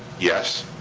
yes,